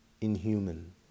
Inhuman